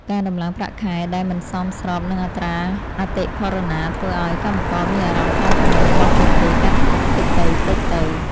ការដំឡើងប្រាក់ខែដែលមិនសមស្របនឹងអត្រាអតិផរណាធ្វើឱ្យកម្មករមានអារម្មណ៍ថាចំណូលរបស់ពួកគេកាន់តែតិចទៅៗ។